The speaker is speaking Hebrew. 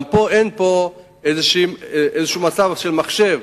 גם אין פה איזשהו מצב של מחשב,